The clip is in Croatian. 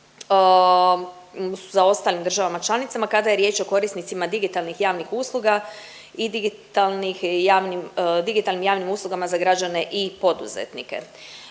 za ostalim državama članicama kada je riječ o korisnicima digitalnih javnih usluga i digitalnih, digitalnim javnim uslugama za građane i poduzetnike.